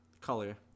color